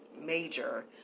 major